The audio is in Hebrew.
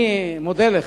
אני מודה לך.